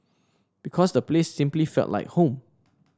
because the place simply felt like home